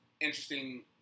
interesting